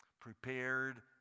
prepared